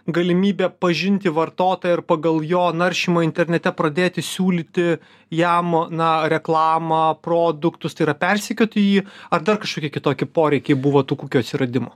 galimybė pažinti vartotoją ir pagal jo naršymą internete pradėti siūlyti jam na reklamą produktus tai yra persekioti jį ar dar kažkokie kitoki poreikiai buvo tų kukių atsiradimo